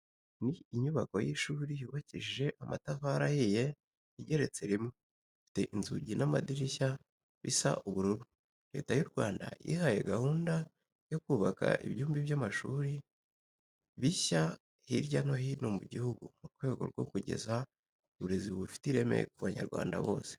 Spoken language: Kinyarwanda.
Ni inyubako y'ishuri yubakishije amatafari ahiye igeretse rimwe, ifite inzugi n'amadirishya bisa ubururu. Leta y'u Rwanda yihaye gahunda yo kubaka ibyumba by'amashuri bishya hirya no hino mu gihugu mu rwego rwo kugeza uburezi bufite ireme ku banyarwanda bose.